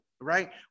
right